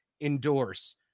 endorse